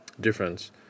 difference